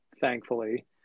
thankfully